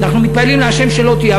אנחנו מתפללים לה' שלא תהיה,